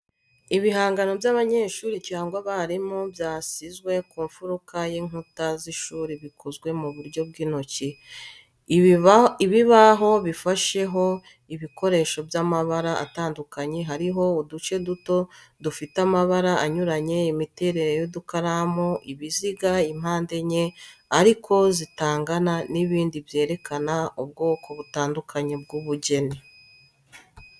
Ibihangano by'abanyeshuri cyangwa abarimu byasizwe ku mfuruka y'inkuta z’ishuri bikozwe mu buryo bw’intoki. Ibibaho bifasheho ibikoresho by’amabara atandukanye hariho uduce duto dufite amabara anyuranye, imiterere y'udukaramu, ibiziga impande enye ariko zitangana n'ibindi byerekana ubwoko butandukanye bw’ubugeni.